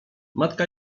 matka